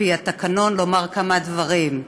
על-פי התקנון לומר כמה דברים.